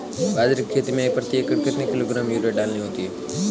बाजरे की खेती में प्रति एकड़ कितने किलोग्राम यूरिया डालनी होती है?